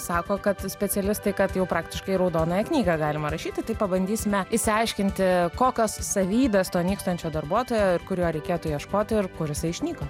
sako kad specialistai kad jau praktiškai į raudonąją knygą galima įrašyti tai pabandysime išsiaiškinti kokios savybės to nykstančio darbuotojo kuriuo reikėtų ieškoti ir kur jisai išnyko